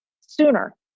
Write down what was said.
sooner